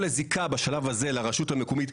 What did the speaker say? כל הזיקה בשלב הזה לרשות המקומית,